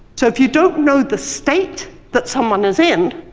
so, if you don't know the state that someone is in,